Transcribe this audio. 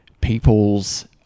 people's